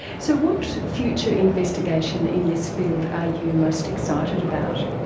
so what future investigation in this field are you most excited about?